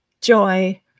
joy